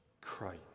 Christ